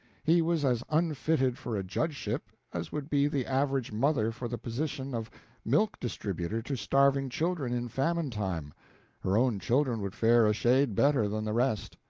he was as unfitted for a judgeship as would be the average mother for the position of milk-distributor to starving children in famine-time her own children would fare a shade better than the rest.